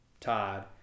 Todd